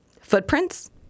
footprints